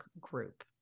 group